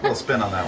but spin on